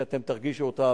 שאתם תרגישו אותה,